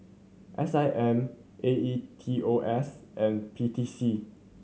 S I M A E T O S and P T C